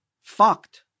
fucked